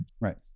Right